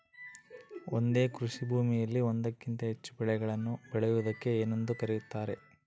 ಒಂದೇ ಕೃಷಿಭೂಮಿಯಲ್ಲಿ ಒಂದಕ್ಕಿಂತ ಹೆಚ್ಚು ಬೆಳೆಗಳನ್ನು ಬೆಳೆಯುವುದಕ್ಕೆ ಏನೆಂದು ಕರೆಯುತ್ತಾರೆ?